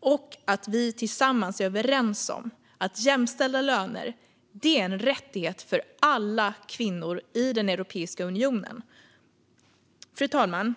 och att vi tillsammans är överens om att jämställda löner är en rättighet för alla kvinnor i Europeiska unionen. Fru talman!